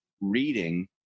reading